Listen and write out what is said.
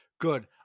good